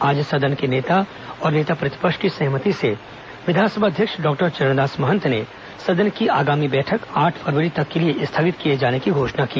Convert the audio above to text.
आज सदन के नेता और नेता प्रतिपक्ष की सहमति से विधानसभा अध्यक्ष डॉक्टर चरणदास महंत ने सदन की आगामी बैठक आठ फरवरी तक के लिए स्थगित किए जाने की घोषणा की